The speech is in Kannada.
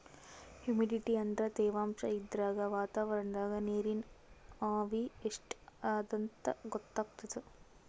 ಹುಮಿಡಿಟಿ ಅಂದ್ರ ತೆವಾಂಶ್ ಇದ್ರಾಗ್ ವಾತಾವರಣ್ದಾಗ್ ನೀರಿನ್ ಆವಿ ಎಷ್ಟ್ ಅದಾಂತ್ ಗೊತ್ತಾಗ್ತದ್